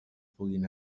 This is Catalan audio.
puguen